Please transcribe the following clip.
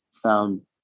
Found